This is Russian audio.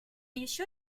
еще